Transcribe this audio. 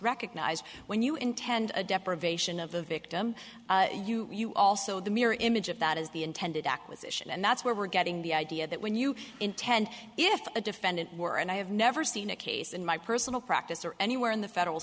recognized when you intend a deprivation of the victim you also the mirror image of that is the intended acquisition and that's where we're getting the idea that when you intend if a defendant were and i have never seen a case in my personal practice or anywhere in the federal